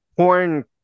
porn